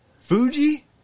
Fuji